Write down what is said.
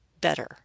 better